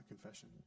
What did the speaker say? confession